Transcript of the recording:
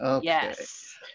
Yes